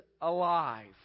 alive